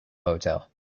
hotel